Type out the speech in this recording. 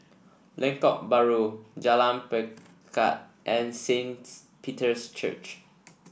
Lengkok Bahru Jalan Pelikat and Saint Peter's Church